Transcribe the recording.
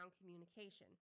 communication